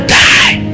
die